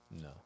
No